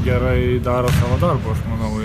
gerai daro savo darbą aš manau